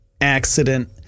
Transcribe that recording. accident